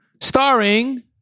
Starring